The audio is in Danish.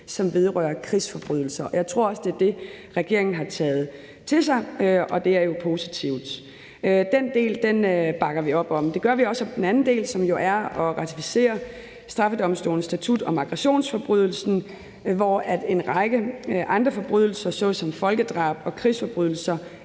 som vedrører krigsforbrydelser. Jeg tror også, at det er det, regeringen har taget til sig, og det er jo positivt. Den del bakker vi op om. Det gør vi også om den anden del, som jo er at ratificere straffedomstolens statut om aggressionsforbrydelsen, hvor en række andre forbrydelser såsom folkedrab og krigsforbrydelser